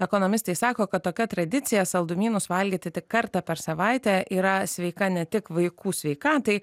ekonomistai sako kad tokia tradicija saldumynus valgyti tik kartą per savaitę yra sveika ne tik vaikų sveikatai